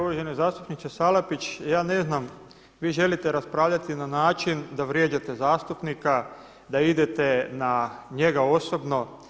Uvaženi zastupniče Salapić, ja ne znam, vi želite raspravljati na način da vrijeđate zastupnika, da idete na njega osobno.